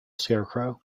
scarecrow